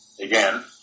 again